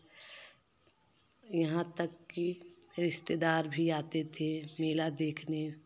यहाँ तक की रिश्तेदार भी आते थे मेला देखने